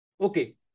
Okay